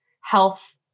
health